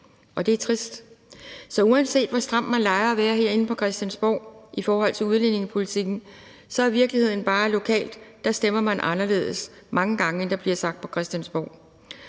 og det er trist. Så uanset hvor stramt man leger at være herinde på Christiansborg i forhold til udlændingepolitikken, er virkeligheden bare lokalt, at der stemmer man mange gange anderledes end det, der bliver sagt på Christiansborg.